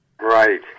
Right